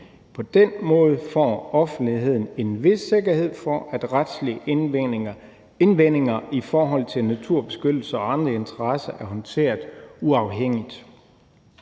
På den måde får offentligheden en vis sikkerhed for, at retslige indvendinger i forhold til naturbeskyttelse og andre interesser er håndteret uafhængigt.